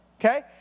Okay